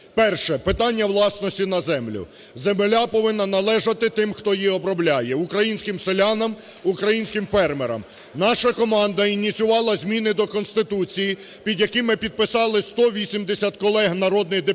Перше, питання власності на землю: земля повинна належати тим, хто її обробляє: українським селянам, українським фермерам. Наша команда ініціювала зміни до Конституції, під якими підписалися 180 колег народних депутатів,